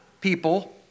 people